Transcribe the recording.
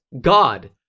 God